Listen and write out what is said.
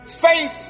Faith